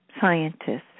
scientists